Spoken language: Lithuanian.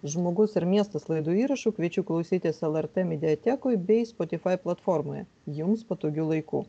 žmogus ir miestas laidų įrašų kviečiu klausytis lrt mediatekoje bei spotifai platformoje jums patogiu laiku